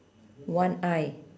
one eye